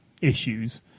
issues